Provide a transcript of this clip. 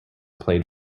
played